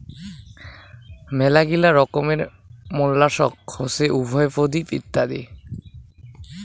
মেলাগিলা রকমের মোল্লাসক্স হসে উভরপদি ইত্যাদি